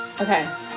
okay